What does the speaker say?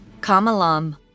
Kamalam